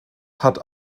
hat